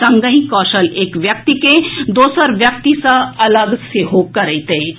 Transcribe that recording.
संगहि कौशल एक व्यक्ति के दोसर व्यक्ति सँ अलग करैत अछि